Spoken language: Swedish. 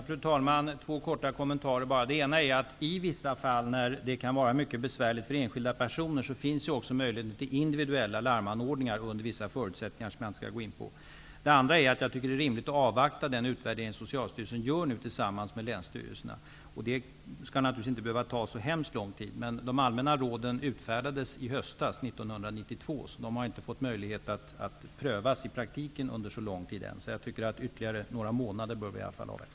Fru talman! Två korta kommentarer. Den ena är att i vissa fall, när det kan vara mycket besvärligt för enskilda personer, finns det också möjligheter till individuella larmanordningar under vissa förutsättningar, som jag inte skall gå in på nu. Den andra är att jag tycker att det är rimligt att avvakta den utvärdering som Socialstyrelsen nu gör tillsammans med länsstyrelserna. Det skall naturligtvis inte behöva ta så hemskt lång tid. De allmänna råden utfärdades i höstas, 1992. Så det har inte varit möjligt att pröva dem i praktiken under så lång tid. Ytterligare några månader bör vi i alla fall avvakta.